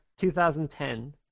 2010